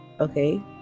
okay